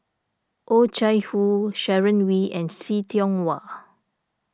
Oh Chai Hoo Sharon Wee and See Tiong Wah